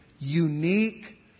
unique